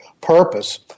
purpose